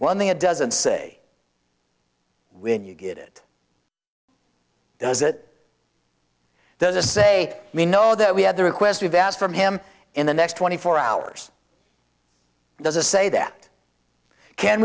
one thing it doesn't say when you get it does it does it say we know that we have the request we've asked from him in the next twenty four hours does a say that can